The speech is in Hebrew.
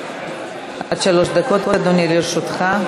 עד שלוש דקות, אדוני, לרשותך.